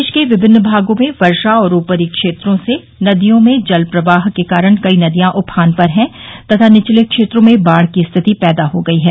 प्रदेश में विभिन्न भागों में वर्षा और ऊपरी क्षेत्रों से नदियों में जलप्रवाह के कारण कई नदियां उफान पर है तथा निचले क्षेत्रों में बाढ़ की रिथिति पैदा हो गई है